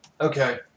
Okay